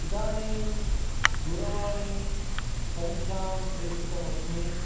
इदानीं दूरवाणीसङ्ख्यां प्रेषितमस्मि